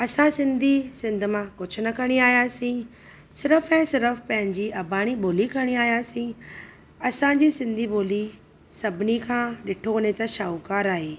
असां सिंधी सिंधु मां कुझु न खणी आयासीं सिर्फ़ु ऐं सिर्फ़ु पंहिंजी अॿाणी ॿोली खणी आयासीं असांजी सिंधी ॿोली सभिनी खां ॾिठो वञे त शाहुकारु आहे